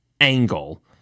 angle